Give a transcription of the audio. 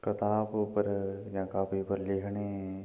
कताब उप्पर जां कापी पर लिखने ई